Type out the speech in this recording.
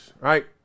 right